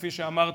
כפי שאמרתי,